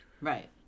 Right